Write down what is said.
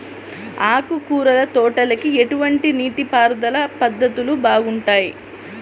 ఆకుకూరల తోటలకి ఎటువంటి నీటిపారుదల పద్ధతులు బాగుంటాయ్?